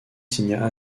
signa